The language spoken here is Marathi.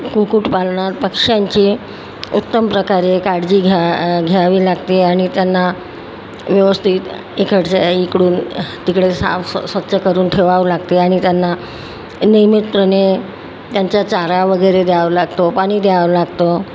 कुक्कुटपालनात पक्ष्यांची उत्तम प्रकारे काळजी घ्या घ्यावी लागते आणि त्यांना व्यवस्थित इकडचे इकडून तिकडे साफ स्वच्छ करून ठेवावं लागते आणि त्यांना नियमितपणे त्यांचा चारा वगैरे द्यावं लागतो पाणी द्यावं लागतं